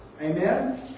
Amen